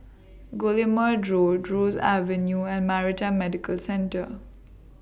Guillemard Road Ross Avenue and Maritime Medical Centre